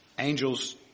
Angels